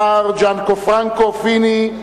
מר ג'נפרנקו פיני,